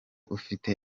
ufite